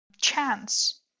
chance